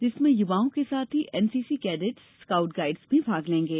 जिसमें यूवाओं के साथ ही एनसीसी कैडेट स्काउट गाइड भी भाग लेंगे